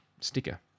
sticker